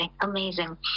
amazing